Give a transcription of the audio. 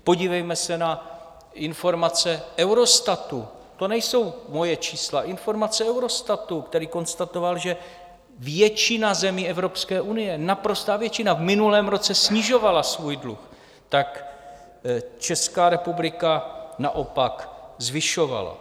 Podívejme se na informace Eurostatu, to nejsou moje čísla, informace Eurostatu, který konstatoval, že většina zemí Evropské unie, naprostá většina, v minulém roce snižovala svůj dluh, tak Česká republika naopak zvyšovala.